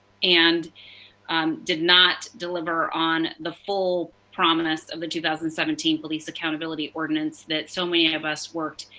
and um did not deliver on the full promise of the two thousand and seventeen police accountability ordinance that so many and of us worked,